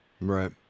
Right